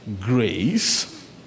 grace